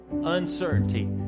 uncertainty